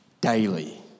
daily